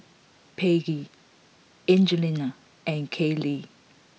Paige Angelina and Kayley